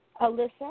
Alyssa